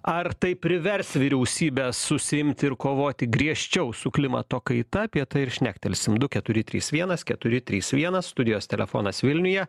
ar tai privers vyriausybę susiimti ir kovoti griežčiau su klimato kaita apie tai ir šnektelsim du keturi trys vienas keturi trys vienas studijos telefonas vilniuje